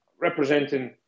representing